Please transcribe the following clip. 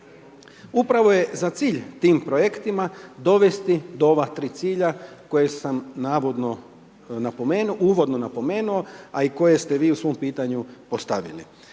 Upravo je za cilj tim projektima, dovesti do ova 3 cilja koja sam uvodno napomenuo, a koja ste vi u svom pitanju postavili.